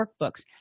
workbooks